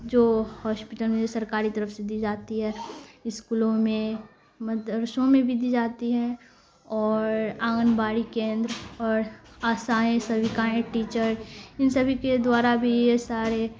جو ہاسپیٹل میں سرکاری طرف سے دی جاتی ہے اسکولوں میں مدرسوں میں بھی دی جاتی ہے اور آنگن باڑی کیندر اور آسائیں سوکائیں ٹیچر ان سبھی کے دوارا بھی یہ سارے